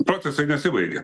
procesai nesibaigia